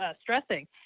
stressing